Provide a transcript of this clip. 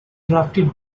drafted